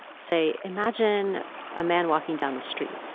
say, imagine a man walking down the street,